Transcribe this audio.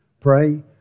Pray